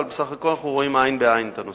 אבל בסך הכול אנחנו רואים עין בעין את הנושא.